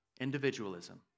individualism